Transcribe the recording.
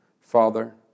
Father